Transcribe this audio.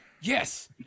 Yes